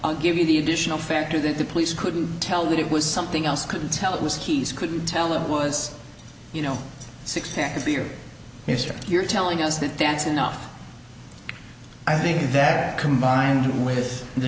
i'll give you the additional factor that the police couldn't tell that it was something else couldn't tell it was keyes couldn't tell it was you know six pack of beer mr you're telling us that that's enough i think that combined with the